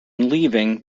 leaving